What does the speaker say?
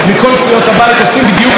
כל אחד תומך במועמדים שלו.